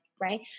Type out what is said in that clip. right